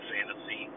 Fantasy